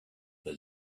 the